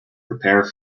prepare